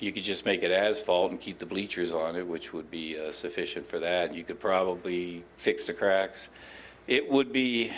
you could just make it as fall and keep the bleachers on it which would be sufficient for that you could probably fix the cracks it would be